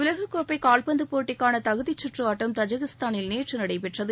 உலக கோப்பை கால்பந்து போட்டிக்கான தகுதி சுற்று ஆட்டம் தஜக்கிஸ்தானில் நேற்று நடைபெற்றது